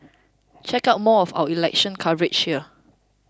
check out more of our election coverage here